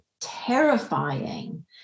terrifying